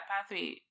pathway